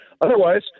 Otherwise